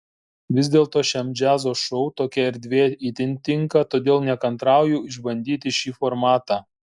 vis dėlto šiam džiazo šou tokia erdvė itin tinka todėl nekantrauju išbandyti šį formatą